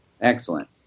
excellent